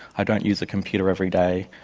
i don't use a computer every day,